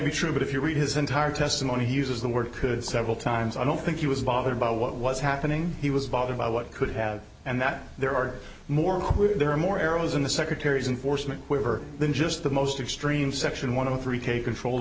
be true but if you read his entire testimony he uses the word could several times i don't think he was bothered by what was happening he was bothered by what could have and that there are more there are more arrows in the secretary's unfortunate quiver than just the most extreme section one of the three take control